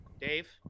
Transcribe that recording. Dave